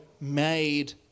made